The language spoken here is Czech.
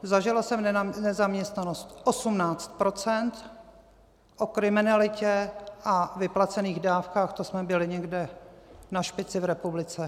Zažila jsem nezaměstnanost 18 %, o kriminalitě a vyplacených dávkách to jsme byli někde na špici v republice.